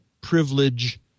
privilege